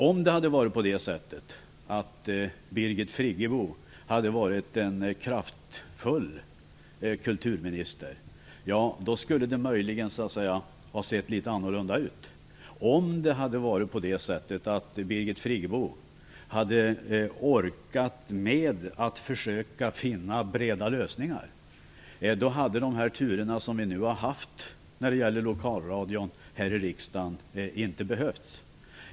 Om Birgit Friggebo hade varit en kraftfull kulturminister, hade det möjligen sett litet annorlunda ut. Hade hon orkat försöka finna breda lösningar, hade de turer som vi nu här i riksdagen har haft när det gäller lokalradion inte behövts.